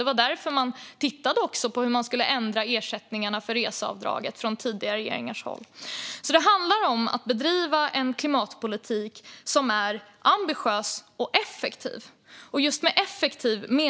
Det var därför man tittade på hur man skulle ändra ersättningarna för reseavdraget från tidigare regeringars håll. Det handlar alltså om att bedriva en klimatpolitik som är ambitiös och effektiv.